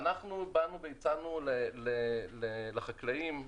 אנחנו הצענו לחקלאים,